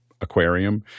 aquarium